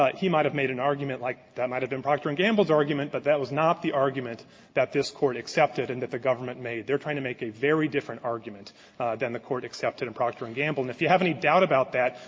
ah he might have made an argument like that might have been procter and gamble's argument, but that was not the argument that this court accepted and the government made. they are trying to make a very different argument than the court accepted in procter and gamble. and if you have any doubt about that,